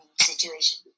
situation